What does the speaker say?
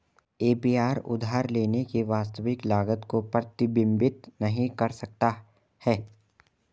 APR उधार लेने की वास्तविक लागत को प्रतिबिंबित नहीं कर सकता है